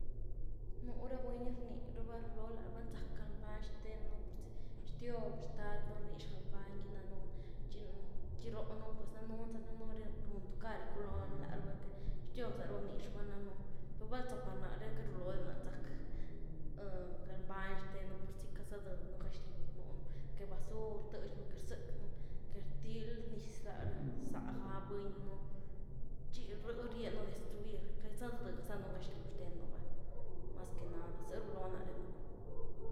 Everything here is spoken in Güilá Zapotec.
Nú ra buny rní rabá rlulóh la rabá nzack galbany xtenu pur zy xtioz xtadnú rnix galbany gy danunu, txi, txi róh nu’ pues danëen za ni riun twkar giculoon lá raba të xtioz lá raba bnix raba ny danëen, per val zapa náre queity rlulóh di náre rzack galbany xten nú, purzy kazëedënú gax-lyw núnu que basur rtëtch-nú, que rzëky nú, que rtily niz la rá záh gá buny nu’ txi ry ryenynu destruir, kazadë zanu gax-lyw xten nú va, mas que nada, zy rlulóh naréh ná.